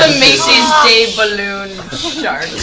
um macy's day balloon